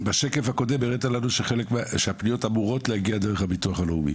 בשקף הקודם הראית לנו שהפניות אמורות להגיע דרך הביטוח הלאומי,